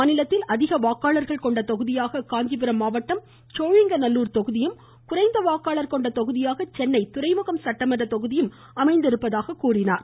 மாநிலத்தில் அதிக வாக்காளர் கொண்ட தொகுதியாக காஞ்சிபுரம் சோழிங்க நல்லூர் தொகுதியும் குறைந்த வாக்காளர் கொண்ட தொகுதியாக சென்னை துறைமுகம் சட்டமன்ற தொகுதியும் அமைந்திருப்பதாக குறிப்பிட்டார்